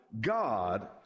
God